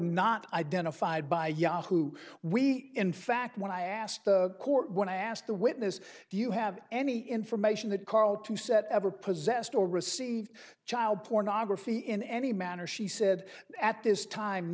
not identified by yahoo we in fact when i asked the court when i asked the witness do you have any information that karl to set ever possessed or received child pornography in any manner she said at this time